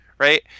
Right